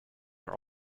are